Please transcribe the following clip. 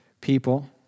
people